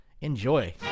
Enjoy